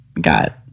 got